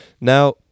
Now